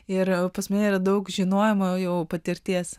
ir pas mane yra daug žinojimo o jau patirties